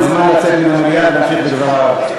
מוזמן לצאת מהמליאה ולהמשיך בדבריו.